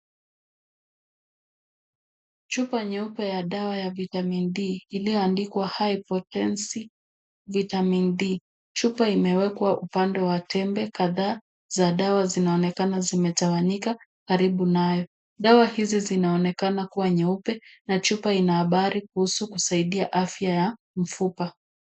Chupa ya nyeupe ya dawa ya vitamin d iliyoandikwa high potential vitamin d . Chupa imewekwa upande wa tembe kadha za dawa zinaonekana zimetawanyika karibu nayo. Dawa hizi zinaonekana kuwa nyeupe na chupa ina habari kuhusu kusaidia afya ya mfupa.